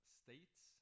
states